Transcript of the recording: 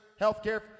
healthcare